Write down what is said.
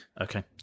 Okay